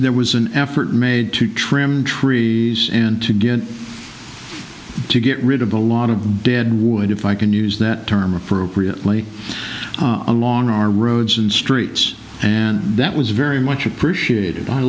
there was an effort made to trim trees and to get to get rid of a lot of dead wood if i can use that term appropriately along our roads and streets and that was very much appreciated i